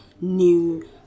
new